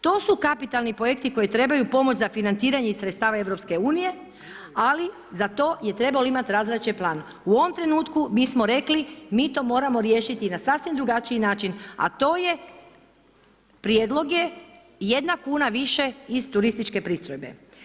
To su kapitali projekti koji trebaju pomoći za financiranje iz sredstava EU-a ali za to je trebali imati razrađen plan. u ovom trenutku mi smo rekli, mi to moramo riješiti na sasvim drugačiji način a to je, prijedlog je, 1 kn više iz turističke pristojbe.